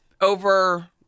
over